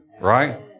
right